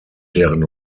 deren